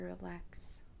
relax